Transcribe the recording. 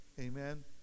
Amen